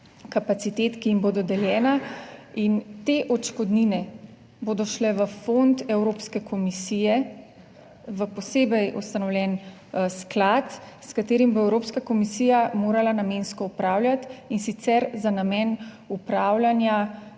kapacitet, ki jim bo dodeljena, in te odškodnine bodo šle v fond Evropske komisije, v posebej ustanovljen sklad, s katerim bo Evropska komisija morala namensko upravljati, in sicer za namen upravljanja